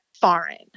foreign